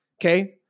Okay